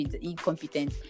incompetent